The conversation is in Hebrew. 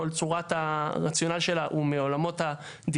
כל צורת הרציונל שלה הוא מעולמות הדיור,